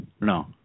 No